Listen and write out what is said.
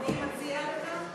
אני מציעה לך,